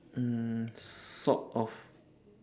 mm sort of